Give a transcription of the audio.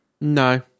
No